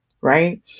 right